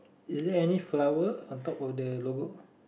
is there any flower of the old logo